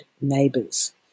neighbours